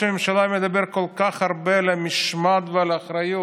אני פונה לחבריי בסיעות החרדיות,